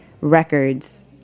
records